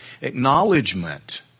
acknowledgement